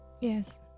Yes